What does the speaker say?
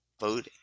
voting